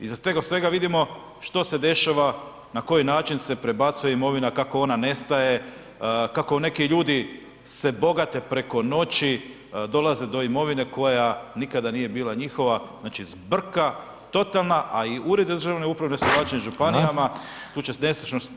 Iza toga svega vidimo što se dešava, na koji način se prebacuje imovina, kako ona nestaje, kako neki ljudi se bogate preko noći, dolaze do imovina koja nikada nije bila njihova, znači zbrka totalna, a i uredi državne uprave ... županijama [[Upadica Reiner: Hvala.]] tu će nestručnost porasti